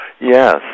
Yes